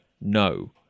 no